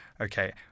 okay